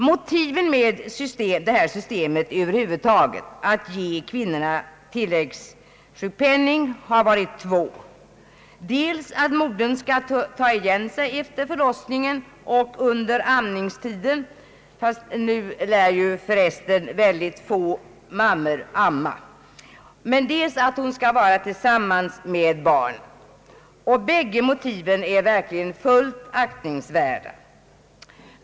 Motiven för systemet att ge kvinnorna tilläggssjukpenning har varit två: dels att modern skall få ta igen sig efter förlossningen och under amningstiden — fast nu lär förresten mycket få mammor amma — dels att modern skall få vara tillsammans med barnet. Båda motiven är verkligen fullt aktningsvärda.